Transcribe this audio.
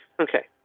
ok?